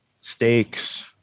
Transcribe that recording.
steaks